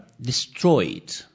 destroyed